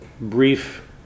brief